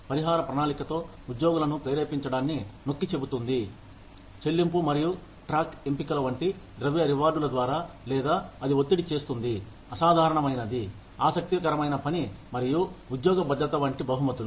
పరిహార ప్రణాళికతో ఉద్యోగులను ప్రేరేపించడాన్ని నొక్కి చెబుతుంది చెల్లింపు మరియు ట్రాక్ ఎంపికల వంటి ద్రవ్య రివార్డుల ద్వారా లేదా అది ఒత్తిడి చేస్తుంది అసాధారణమైనది ఆసక్తికరమైన పని మరియు ఉద్యోగ భద్రత వంటి బహుమతులు